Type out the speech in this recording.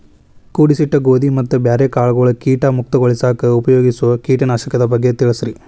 ಕೂಡಿಸಿಟ್ಟ ಗೋಧಿ ಮತ್ತ ಬ್ಯಾರೆ ಕಾಳಗೊಳ್ ಕೇಟ ಮುಕ್ತಗೋಳಿಸಾಕ್ ಉಪಯೋಗಿಸೋ ಕೇಟನಾಶಕದ ಬಗ್ಗೆ ತಿಳಸ್ರಿ